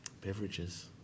beverages